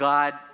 God